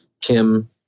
Kim